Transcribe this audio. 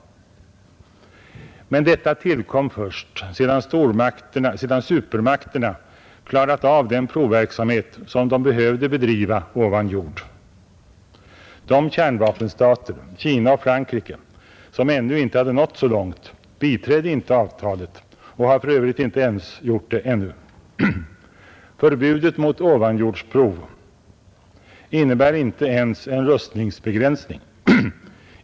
Men det tillkom först sedan supermakterna klarat av den provverksamhet som de behövde bedriva ovan jord. De kärnvapenstater — Kina och Frankrike — som ännu inte hade nått så långt biträdde inte avtalet och har för övrigt ännu inte gjort det. Förbudet mot ovanjordsprov innebär inte ens en rustningsbegränsning.